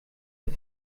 des